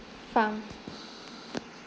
farm